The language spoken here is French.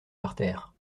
parterres